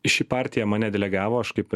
ši partija mane delegavo aš kaip